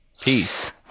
peace